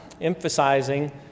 emphasizing